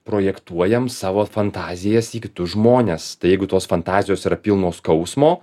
projektuojam savo fantazijas į kitus žmones tai jeigu tos fantazijos yra pilnos skausmo